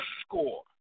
score